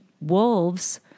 wolves